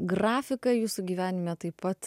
grafika jūsų gyvenime taip pat